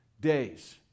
days